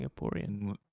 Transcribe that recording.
Singaporean